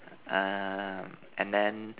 uh and then